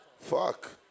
Fuck